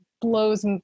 blows